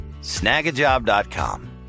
Snagajob.com